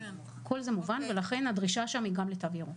כל זה מובן ולכן הדרישה שם היא גם לתו ירוק.